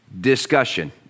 discussion